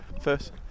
first